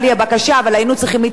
אבל היינו צריכים להתארגן לזה.